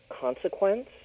consequence